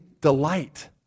delight